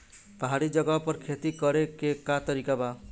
पहाड़ी जगह पर खेती करे के का तरीका बा?